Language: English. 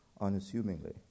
unassumingly